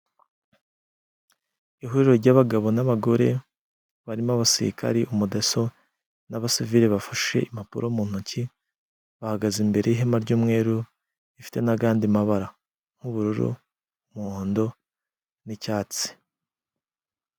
Ihuriro ry'abagabo n'abagore barimo abasirikari umudaso n'abasivile bafashe impapuro mu ntoki, bahagaze imbere y'ihema ry'umweru rifite nagandi mabara nk'ubururu umuhondo n'icyatsi.